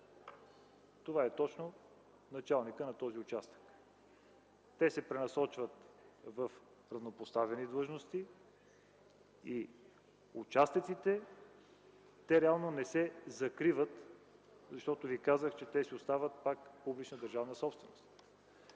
Това е точно началникът на този участък. Те се пренасочват в равнопоставени длъжности и участъците реално не се закриват, защото Ви казах, че те си остават пак публична държавна собственост.